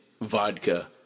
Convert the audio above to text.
vodka